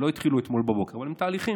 שלא התחילו אתמול בבוקר אבל הם תהליכים.